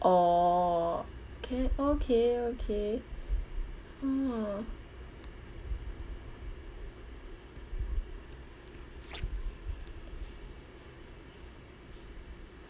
oh K okay okay !huh!